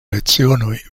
lecionoj